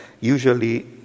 usually